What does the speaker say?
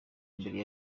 mbere